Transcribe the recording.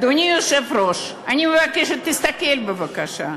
אדוני היושב-ראש, אני מבקשת, תסתכל בבקשה.